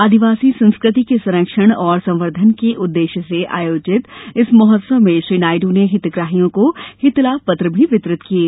आदिवासी संस्कृति के संरक्षण और संवर्धन के उद्देश्य से आयोजित इस महोत्सव में श्री नायडू ने हितग्राहियों को हितलाम पत्र भी वितरित किये